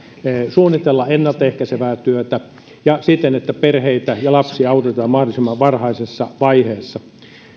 ennalta ehkäisevää työtä suunnitella siten että perheitä ja lapsia autetaan mahdollisimman varhaisessa vaiheessa